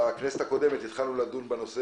בכנסת הקודמת התחלנו לדון בנושא,